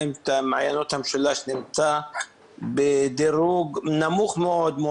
מעיינות המשולש נמצא בדירוג נמוך מאוד,